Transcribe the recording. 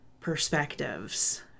perspectives